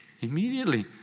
Immediately